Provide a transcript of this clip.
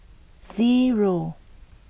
zero